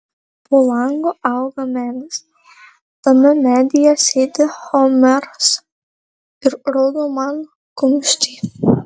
po langu auga medis tame medyje sėdi homeras ir rodo man kumštį